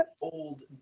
Old